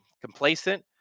complacent